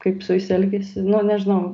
kaip su jais elgiasi nu nežinau